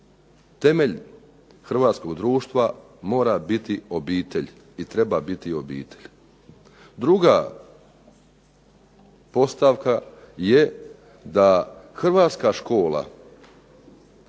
temelj hrvatskog društva mora biti obitelj i treba biti obitelj. Druga postavka je da hrvatska škola